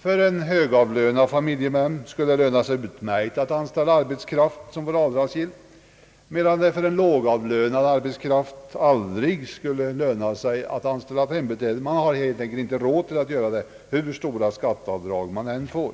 För en högavlönad familjemedlem skulle det löna sig utmärkt att anställa arbetskraft som vore avdragsgill, medan det för en lågavlönad aldrig skulle löna sig att anställa ett hembiträde. Man har helt enkelt inte råd att göra det, hur stora skatteavdrag man än får.